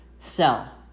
sell